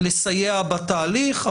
לסייע בתהליך,